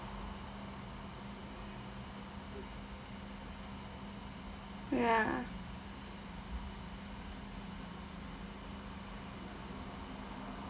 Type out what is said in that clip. ya